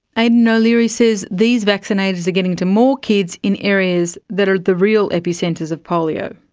ah you know o'leary says these vaccinators are getting to more kids in areas that are the real epicentres of polio.